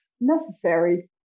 necessary